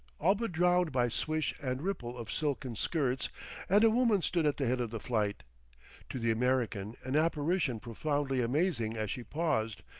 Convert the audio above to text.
all but drowned by swish and ripple of silken skirts and a woman stood at the head of the flight to the american an apparition profoundly amazing as she paused,